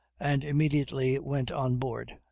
and immediately went on board,